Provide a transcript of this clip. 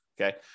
okay